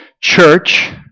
church